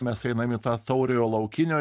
mes einam į tą tauriojo laukinio